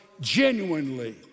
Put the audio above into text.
genuinely